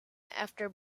after